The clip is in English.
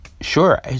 sure